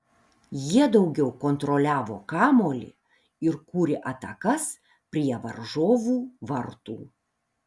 jie daugiau kontroliavo kamuolį ir kūrė atakas prie varžovų vartų